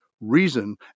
reason